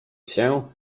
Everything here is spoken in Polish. się